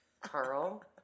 Carl